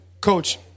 Coach